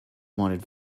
wanted